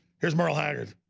here's merle haggard.